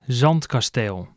zandkasteel